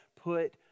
put